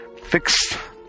fixed